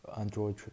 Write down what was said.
android